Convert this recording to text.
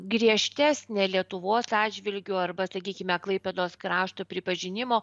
griežtesnė lietuvos atžvilgiu arba sakykime klaipėdos krašto pripažinimo